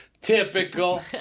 Typical